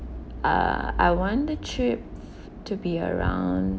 uh I want the trip to be around